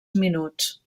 minuts